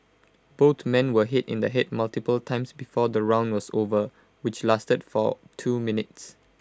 both men were hit in the Head multiple times before the round was over which lasted for two minutes